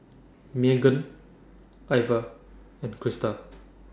Meagan Iva and Crista